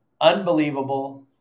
unbelievable